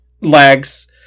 lags